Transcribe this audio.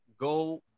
go